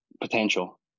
potential